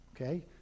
Okay